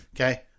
Okay